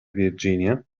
virginia